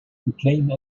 became